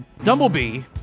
Dumblebee